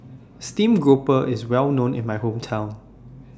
Steamed Grouper IS Well known in My Hometown